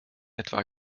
etwa